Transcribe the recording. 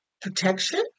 protection